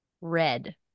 red